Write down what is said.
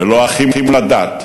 ללא אחים לדת,